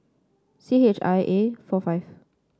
C H I A four five